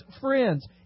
friends